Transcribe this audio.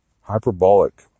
Hyperbolic